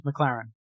McLaren